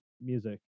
music